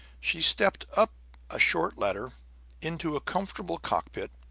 she stepped up a short ladder into a comfortable cockpit,